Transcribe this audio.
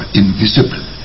invisible